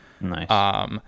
Nice